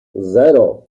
zero